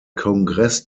kongress